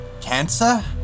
Cancer